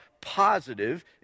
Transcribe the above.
positive